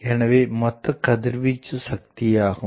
எனவே மொத்த கதிர்வீச்சு சக்தியாகும்